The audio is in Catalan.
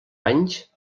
anys